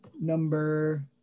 number